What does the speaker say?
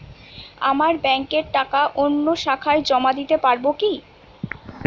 আমার এক ব্যাঙ্কের টাকা অন্য শাখায় জমা দিতে পারব কি?